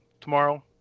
tomorrow